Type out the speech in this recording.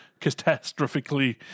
catastrophically